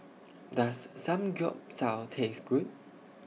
Does Samgyeopsal Taste Good